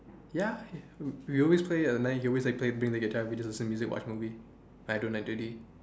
ya we always play at night he always like play bring the guitar listen to music watch movie like do night duty